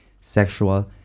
sexual